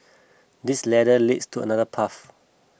this ladder leads to another path